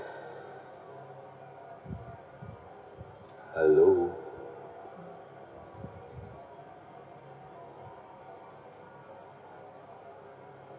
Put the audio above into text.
hello